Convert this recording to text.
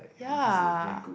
ya